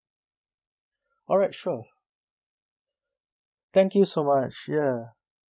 alright sure thank you so much ya